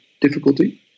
difficulty